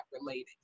related